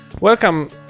Welcome